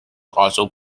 also